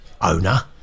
owner